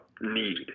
need